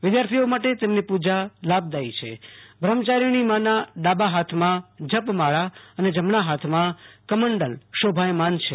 વિધાર્થીઓ માટે તેમની પુજા લાભદાથી છે બ્રહ્મયારીણીમાના ડાબા હાથમાં જપ માળા અને જમણા હાથમાં કમંડલ શોભાયમાન છે